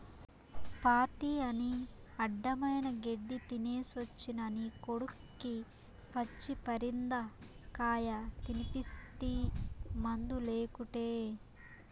party అని అడ్డమైన గెడ్డీ తినేసొచ్చిన నీ కొడుక్కి పచ్చి పరిందకాయ తినిపిస్తీ మందులేకుటే